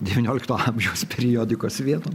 devyniolikto amžiaus periodikos vieton